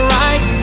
right